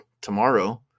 tomorrow